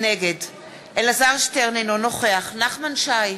נגד אלעזר שטרן, אינו נוכח נחמן שי,